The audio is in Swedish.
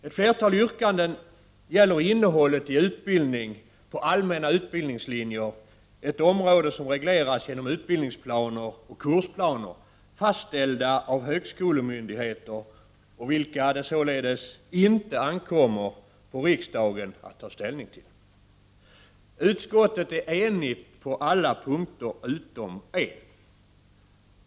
Ett flertal yrkanden gäller innehållet i utbildning på allmänna utbildningslinjer, ett område som regleras genom utbildningsplaner och kursplaner fastställda av högskolemyndigheter och vilka det således inte ankommer på riksdagen att ta ställning till. Utskottet är enigt på alla punkter utom en.